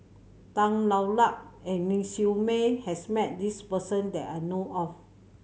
Tan Hwa Luck and Ling Siew May has met this person that I know of